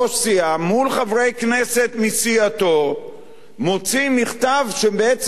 מול חברי כנסת מסיעתו מוציא מכתב שבעצם התוצאה